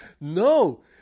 No